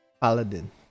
Paladin